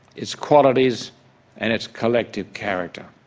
its qualities and its collective character.